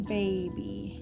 baby